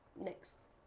next